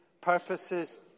purposes